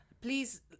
Please